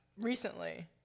recently